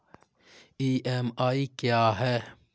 EMI क्या है?